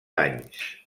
anys